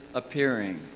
appearing